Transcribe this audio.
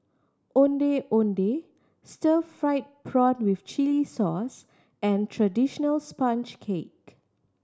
Ondeh Ondeh stir fried prawn with chili sauce and traditional sponge cake